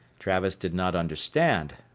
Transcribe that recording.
travis did not understand.